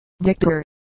Victor